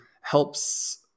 helps